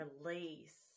release